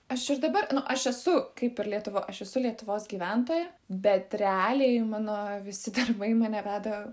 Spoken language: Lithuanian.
aš ir dabar aš esu kaip ir lietuvo aš esu lietuvos gyventoja bet realiai mano visi darbai mane veda